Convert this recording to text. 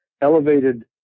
elevated